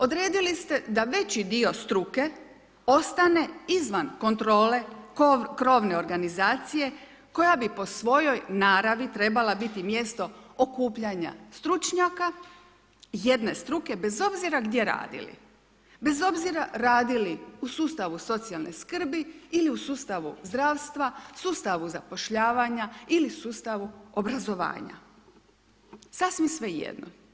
Odredili ste da veći dio struke ostane izvan kontrole krovne organizacija koja bi po svojoj naravi trebala biti mjesto okupljanja stručnjaka jedne struke bez obzira gdje radili, bez obzira radili u sustavu socijalne skrbi ili u sustavu zdravstva, sustavu zapošljavanja ili sustavu obrazovanja, sasvim svejedno.